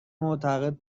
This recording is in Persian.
معتقد